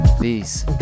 Peace